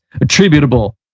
attributable